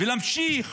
ולהמשיך